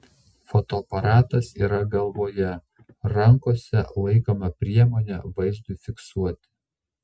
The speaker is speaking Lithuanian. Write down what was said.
fotoaparatas yra galvoje rankose laikome priemonę vaizdui fiksuoti